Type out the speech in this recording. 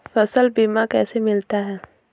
फसल बीमा कैसे मिलता है?